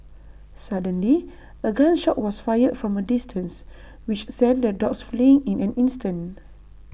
suddenly A gun shot was fired from A distance which sent the dogs fleeing in an instant